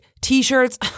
t-shirts